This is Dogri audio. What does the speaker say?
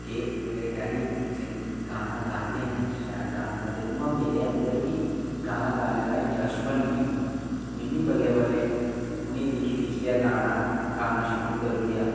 की मेरे डैडी गाना गांदे न शैल गाना गांदे उं'आ मेरे अंदर बी गाना गाने दा इंटरस्ट बनी गेआ मिमी बल्लें बल्लें उ'नेंगी दिक्खी दिक्खियै गाना गाना शुरू करी ओड़ेआ